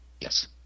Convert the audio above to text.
Yes